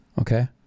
Okay